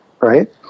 right